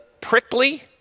prickly